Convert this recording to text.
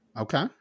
Okay